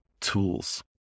tools